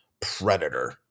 predator